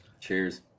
cheers